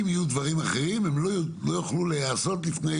אם יהיו דברים אחרים הם לא יוכלו להיעשות לפני